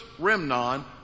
Remnon